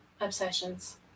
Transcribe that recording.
obsessions